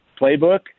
playbook